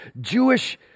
Jewish